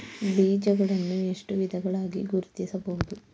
ಬೀಜಗಳನ್ನು ಎಷ್ಟು ವಿಧಗಳಾಗಿ ಗುರುತಿಸಬಹುದು?